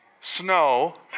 snow